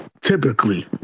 Typically